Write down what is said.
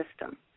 system